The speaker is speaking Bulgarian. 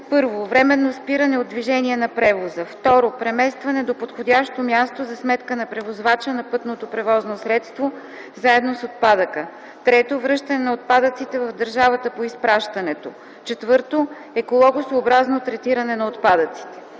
1. временно спиране от движение на превоза; 2. преместване до подходящо място за сметка на превозвача на пътното превозно средство заедно с отпадъка; 3. връщане на отпадъците в държавата по изпращането; 4. екологосъобразното третиране на отпадъците.